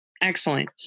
Excellent